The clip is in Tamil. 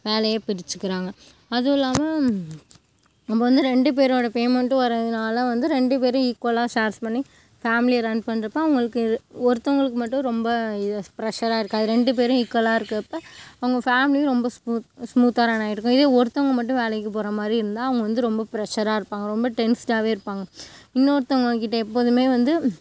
வேலையை பிரிச்சிக்கிறாங்க அதுவும் இல்லாமல் நம்ம வந்து ரெண்டு பேரோட பேமண்ட்டும் வரதுனால வந்து ரெண்டு பேரும் ஈக்குவலாக ஷேர்ஸ் பண்ணி ஃபேம்லியை ரன் பண்றப்போ அவங்களுக்கு இது ஒருத்தவங்களுக்கு மட்டும் ரொம்ப இது ப்ரெஷராக இருக்காது ரெண்டு பேரும் ஈக்குவலாக இருக்கறப்போ அவங்க ஃபேம்லியும் ரொம்ப ஸ்மூத் ஸ்மூத்தாக ரன் ஆயிட்டுருக்கும் இதே ஒருத்தவங்க மட்டும் வேலைக்கு போகிற மாதிரி இருந்தா அவங்க வந்து ரொம்ப ப்ரெஷராக இருப்பாங்க ரொம்ப டென்ஸ்டாகவே இருப்பாங்க இன்னொருத்தவங்கக்கிட்ட எப்போதுமே வந்து